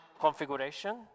configuration